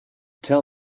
tell